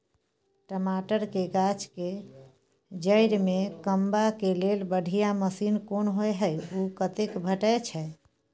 टमाटर के गाछ के जईर में कमबा के लेल बढ़िया मसीन कोन होय है उ कतय भेटय छै?